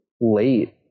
late